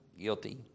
Guilty